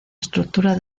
estructura